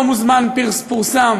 לא מזמן פורסם,